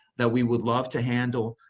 that we would love to handle,